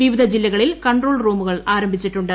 വിവിധ ജില്ലകളിൽ കൺട്രോൾ നൂമുകളും ആരംഭിച്ചിട്ടുണ്ട്